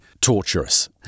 torturous